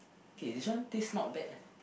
okay this one taste not bad leh